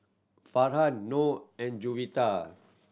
Farhan Noh and Juwita